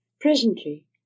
Presently